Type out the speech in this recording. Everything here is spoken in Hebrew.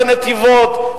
זה נתיבות,